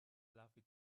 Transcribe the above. fluffy